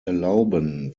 erlauben